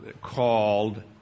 called